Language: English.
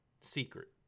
secret